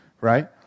right